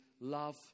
love